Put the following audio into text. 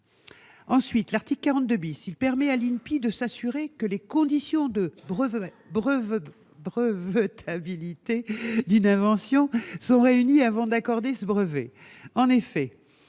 Ensuite, l'article 42 permet à l'INPI de s'assurer que les conditions de brevetabilité d'une invention sont réunies avant d'accorder le brevet.